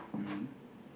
mm